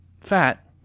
fat